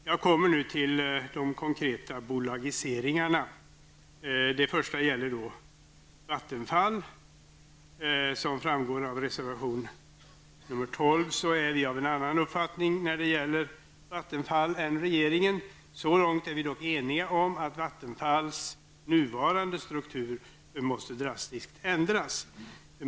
Jag kommer nu till de konkreta bolagiseringarna. Den första gäller Vattenfall. Som framgår av reservation nr 12 är jag av en annan uppfattning än regeringen när det gäller Vattenfall. Så långt är vi dock eniga att Vattenfalls nuvarande struktur drastiskt måste ändras.